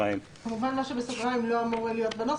כמובן, מה שבסוגריים לא אמור להיות בנוסח.